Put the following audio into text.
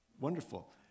Wonderful